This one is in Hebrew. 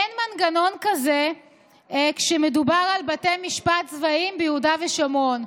אין מנגנון כזה כשמדובר על בתי משפט צבאיים ביהודה ושומרון.